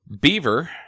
Beaver